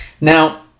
Now